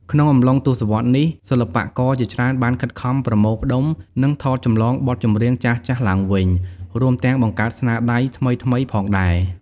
ក្នុងអំឡុងទសវត្សរ៍នេះ សិល្បករជាច្រើនបានខិតខំប្រមូលផ្ដុំ និងថតចម្លងបទចម្រៀងចាស់ៗឡើងវិញ រួមទាំងបង្កើតស្នាដៃថ្មីៗផងដែរ។